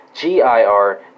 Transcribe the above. G-I-R